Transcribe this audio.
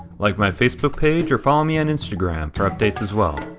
like my facebook page or follow me on instagram for updates as well.